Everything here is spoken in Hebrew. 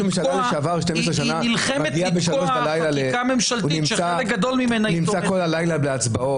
היא נלחמת לתקוע חקיקה ממשלתית שחלק גדול ממנה היא תומכת בו.